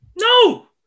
No